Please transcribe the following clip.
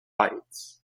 fights